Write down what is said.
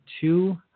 two